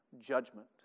judgment